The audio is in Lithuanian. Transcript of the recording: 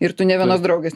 ir tu nė vienos draugės